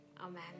Amen